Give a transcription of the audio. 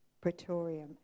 praetorium